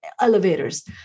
elevators